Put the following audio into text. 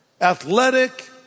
athletic